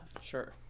Sure